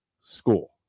school